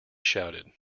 shouted